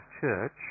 church